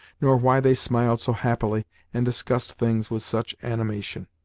nor why they smiled so happily and discussed things with such animation.